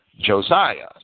Josiah